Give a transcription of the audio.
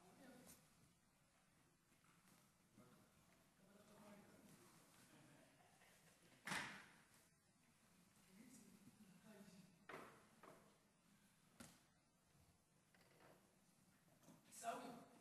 עיסאווי,